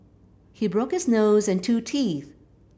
he broke his nose and two teeth